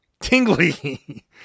tingly